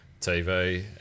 TV